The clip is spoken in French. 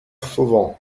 fauvent